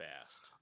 fast